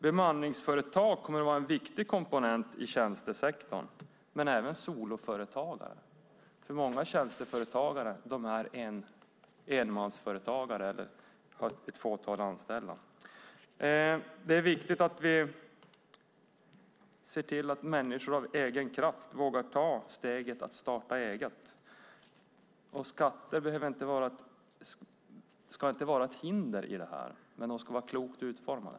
Bemanningsföretag kommer att vara en viktig komponent i tjänstesektorn, men även soloföretagare. Många tjänsteföretagare är enmansföretagare eller har ett fåtal anställda. Det är viktigt att vi ser till att människor av egen kraft vågar ta steget att starta eget. Skatter ska inte vara ett hinder i detta, men de ska vara klokt utformade.